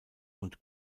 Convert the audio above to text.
und